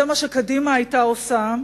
זה מה שקדימה היתה עושה,